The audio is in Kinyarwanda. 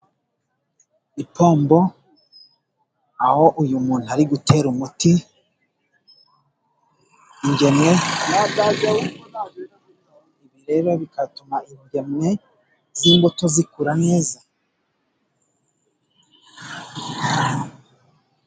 Ipombo aho uyu muntu ari gutera umuti ingemwe, ibi rero bigatuma ingemwe z'imbuto zikura neza.